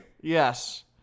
Yes